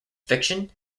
fiction